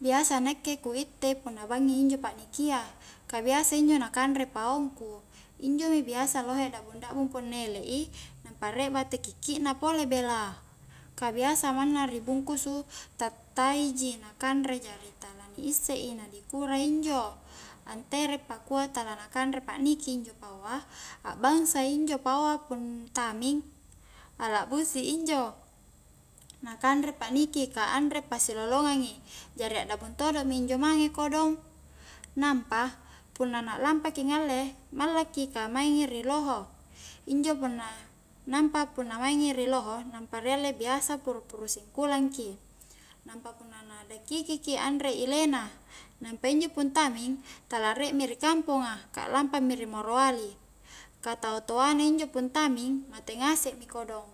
Biasa nakke ku itte punna bangngi injo pa'niki a, ka biasa injo na kanrei paongku, injomi biasa lohe dakbung-dakbung punna ele' i nampa riek bate kikki' na pole bela, ka biasa manna ri bungkusu tattai ji na kanre jari tala ni isse i na dikura injo, anterek pakua tala na kanrei pakniki injo pao a, akbangsa injo pao a pung taming, a lakbusi injo na kanre pakniki ka anre pasilolongang i, jari akdakbung todo minjo mange kodong nampa punna lampaki ngalle mallaki ka maingi ri loho injo punna-nampa punna maingi riloho nampa ri alle biasa puru-puru singkulang ki, nampa punna na dakki ki anre ile na, nampa injo pung taming tala riek mi ri kamponga ka lampami ri morowali, ka tau toana injo pung taming, mate ngasek mi kodong